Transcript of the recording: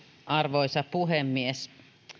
arvoisa puhemies